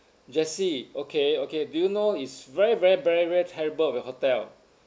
jessie okay okay do you know is very very very very terrible with your hotel